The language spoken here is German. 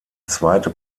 zweite